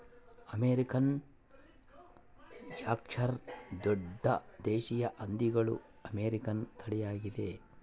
American Yorkshire ದೊಡ್ಡ ದೇಶೀಯ ಹಂದಿಗಳ ಅಮೇರಿಕನ್ ತಳಿಯಾಗಿದೆ